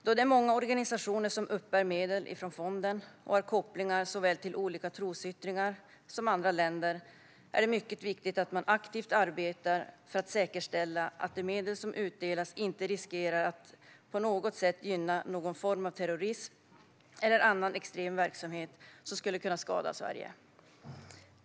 Då det är många organisationer som uppbär medel från fonden och har kopplingar såväl till olika trosyttringar som till andra länder är det mycket viktigt att man aktivt arbetar för att säkerställa att de medel som utdelas inte riskerar att på något sätt gynna någon form av terrorism eller annan extrem verksamhet som skulle kunna skada Sverige.